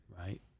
Right